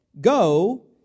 Go